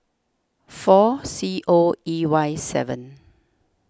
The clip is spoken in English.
four C O E Y seven